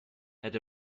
had